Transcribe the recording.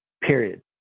Period